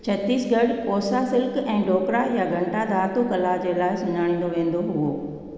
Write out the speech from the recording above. Chhattisgarh Kosa silk ऐं ढोकरा या घंटा धातू कला जे लाइ सुञाणींदो वेंदो हुओ